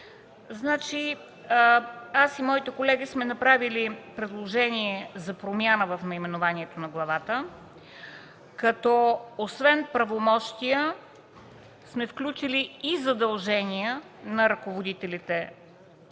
главата. Аз и моите колеги сме направили предложение за промяна в наименованието на главата, като освен „правомощия” сме включили „и задължения на ръководители